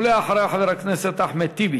אחריה, חבר הכנסת אחמד טיבי.